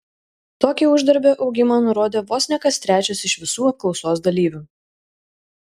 tokį uždarbio augimą nurodė vos ne kas trečias iš visų apklausos dalyvių